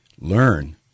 Learn